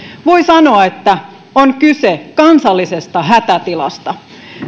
voi sanoa että on kyse kansallisesta hätätilasta